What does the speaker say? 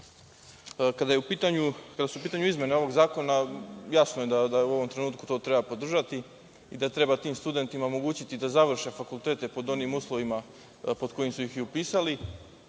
su u pitanju izmene ovog zakona, jasno je da u ovom trenutku to treba podržati i da treba tim studentima omogućiti da završe fakultete pod onim uslovima pod kojim su ih i upisali.